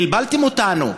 בלבלתם אותנו,